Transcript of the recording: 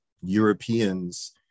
Europeans